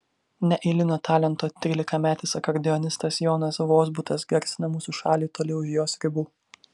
neeilinio talento trylikametis akordeonistas jonas vozbutas garsina mūsų šalį toli už jos ribų